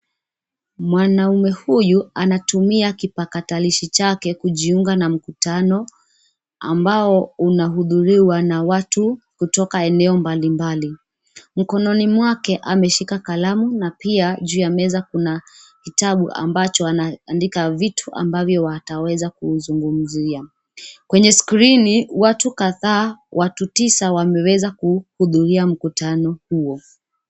Mwanaume huyu anatumia kipakatalishi chake, kujiunga na mkutano ambao unahudhuliwa na watu kutoka eneo mbali mbali. Mkononi mwake ameshika kalamu na pia juu ya meza kuna kitabu ambacho ana andika vitu ambavyo wataeweza kuzungumzia. Kwenye skrini watu kadhaa, watu tisa wameweza kuhudhuria mkutano huo.